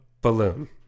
Balloon